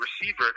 receiver